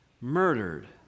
murdered